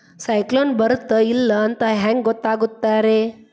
ಸೈಕ್ಲೋನ ಬರುತ್ತ ಇಲ್ಲೋ ಅಂತ ಹೆಂಗ್ ಗೊತ್ತಾಗುತ್ತ ರೇ?